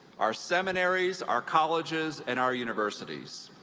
our seminaries, our colleges and our universities.